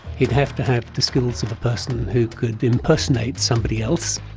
he'd have to have the skills of a person who could impersonate somebody else,